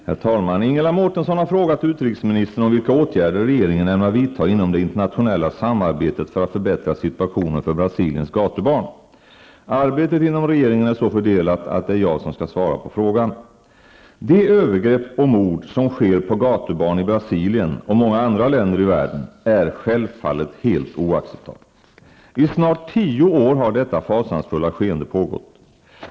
Herr talman! Ingela Mårtensson har frågat utrikesministern om vilka åtgärder regeringen ämnar vidta inom det internationella samarbetet för att förbättra situationen för Brasiliens gatubarn. Arbetet inom regeringen är så fördelat att det är jag som skall svara på frågan. De övergrepp och mord som sker på gatubarn i Brasilien och många andra länder i världen är oacceptabla! I snart tio år har detta fasansfulla skeende pågått.